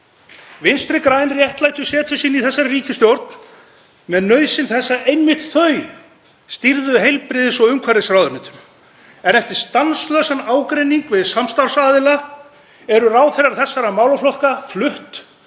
Vinstri græn réttlættu setu sína í þessari ríkisstjórn með nauðsyn þess að einmitt þau stýrðu heilbrigðis- og umhverfisráðuneytunum. En eftir stanslausan ágreining við samstarfsaðila eru ráðherrar þessara málaflokka fluttir